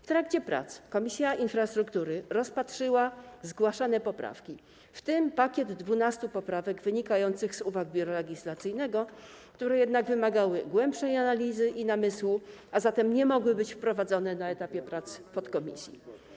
W trakcie prac Komisja Infrastruktury rozpatrzyła zgłaszane poprawki, w tym pakiet 12 poprawek wynikających z uwag Biura Legislacyjnego, które jednak wymagały głębszej analizy i namysłu, a zatem nie mogły być wprowadzone na etapie prac podkomisji.